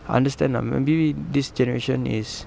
I understand lah maybe this generation is